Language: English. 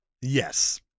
Yes